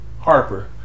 Harper